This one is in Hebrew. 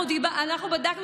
אנחנו בדקנו,